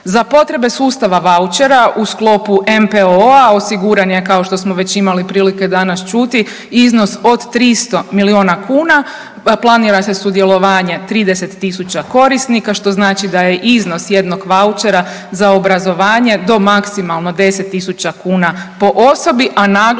Za potrebe sustava vouchera u sklopu MPO-a osiguran je kao što smo već imali prilike danas čuti iznos od 300 milijuna kuna. Planira se sudjelovanje 30 000 korisnika što znači da je iznos jednog vouchera za obrazovanje do maksimalno 10 000 kuna po osobi, a naglasak